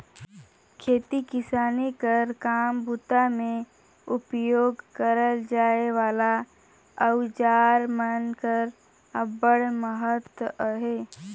खेती किसानी कर काम बूता मे उपियोग करल जाए वाला अउजार मन कर अब्बड़ महत अहे